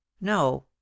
no